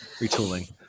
Retooling